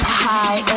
high